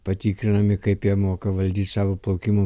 patikrinami kaip jie moka valdyt savo plaukimo